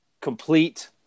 complete